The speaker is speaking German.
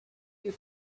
ihr